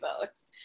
votes